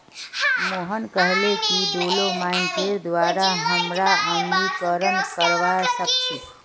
मोहन कहले कि डोलोमाइटेर द्वारा हमरा अम्लीकरण करवा सख छी